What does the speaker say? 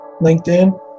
LinkedIn